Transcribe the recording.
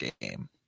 game